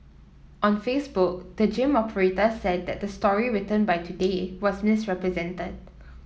on Facebook the gym operator said that the story written by Today was misrepresented